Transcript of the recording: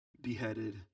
beheaded